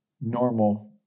normal